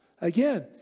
Again